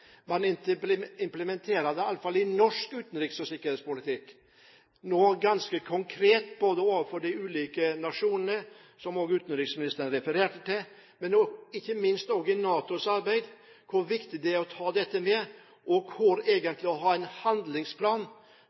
Man implementerer den iallfall i norsk utenriks- og sikkerhetspolitikk nå ganske konkret overfor de ulike nasjonene som utenriksministeren refererte til, og ikke minst i NATOs arbeid, hvor det er viktig å ta dette med. Vi må ha en helt konkret handlingsplan